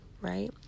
right